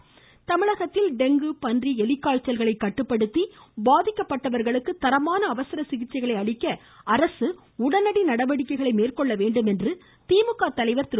ஸ்டாலின் தமிழகத்தில் டெங்கு பன்றி எலிக்காய்ச்சல்களை கட்டுப்படுத்தி பாதிக்கப்பட்டவர்களுக்கு தரமான அவசர சிகிச்சைகளை அளிக்க அரசு உடனடி நடவடிக்கை மேற்கொள்ள வேண்டும் என்று திமுக தலைவர் திரு